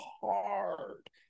hard